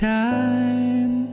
time